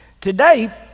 Today